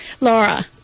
Laura